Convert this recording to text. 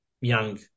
young